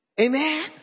Amen